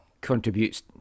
contributes